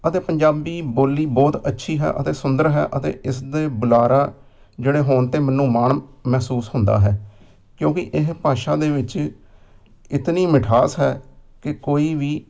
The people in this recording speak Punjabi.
ਅਤੇ ਪੰਜਾਬੀ ਬੋਲੀ ਬਹੁਤ ਅੱਛੀ ਹੈ ਅਤੇ ਸੁੰਦਰ ਹੈ ਅਤੇ ਇਸਦੇ ਬੁਲਾਰਾ ਜਿਹੜੇ ਹੋਣ 'ਤੇ ਮੈਨੂੰ ਮਾਣ ਮਹਿਸੂਸ ਹੁੰਦਾ ਹੈ ਕਿਉਂਕਿ ਇਹ ਭਾਸ਼ਾ ਦੇ ਵਿੱਚ ਇਤਨੀ ਮਿਠਾਸ ਹੈ ਕਿ ਕੋਈ ਵੀ